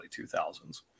2000s